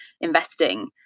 investing